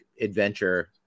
adventure